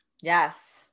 Yes